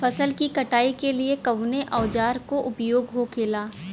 फसल की कटाई के लिए कवने औजार को उपयोग हो खेला?